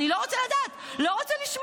אני לא רוצה לדעת -- שלא יסתכלו.